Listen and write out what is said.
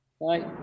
bye